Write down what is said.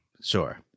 sure